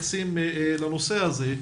שמתייחסים לנושא הזה.